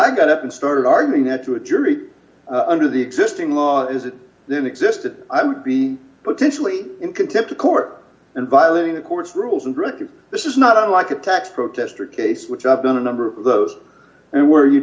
i got up and started arguing that to a jury under the existing law is it then existed i would be potentially in contempt of court and violating the court's rules and directive this is not unlike a tax protester case which i've been a number of those and where you